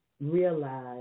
realize